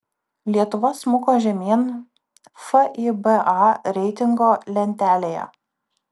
lietuva smuko žemyn fiba reitingo lentelėje